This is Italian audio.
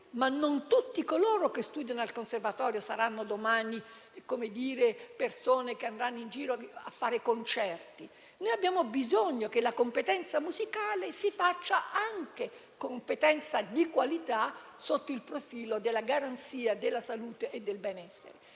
Non tutti coloro che studiano al conservatorio saranno però domani persone che andranno a fare concerti, ma abbiamo bisogno che la competenza musicale sia anche di qualità, sotto il profilo della garanzia della salute e del benessere.